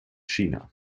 china